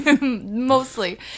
Mostly